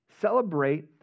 celebrate